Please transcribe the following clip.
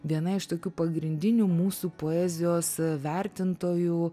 viena iš tokių pagrindinių mūsų poezijos vertintojų